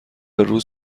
روز